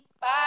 Bye